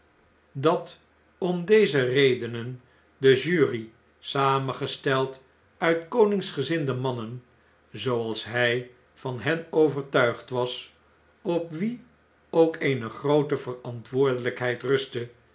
dat om deze redenen de jury samengesteld uit koningsgezinde mannen zooals hij van hen overtuigd was op wie ook eene groote verantwoordelijkheid rustte